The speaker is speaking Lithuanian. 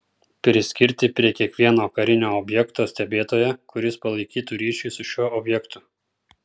priskirti prie kiekvieno karinio objekto stebėtoją kuris palaikytų ryšį su šiuo objektu